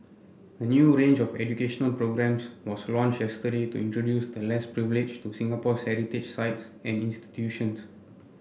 a new range of educational programmes was launched yesterday to introduce the less privileged to Singapore sites and institutions